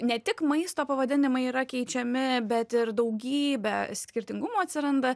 ne tik maisto pavadinimai yra keičiami bet ir daugybė skirtingumo atsiranda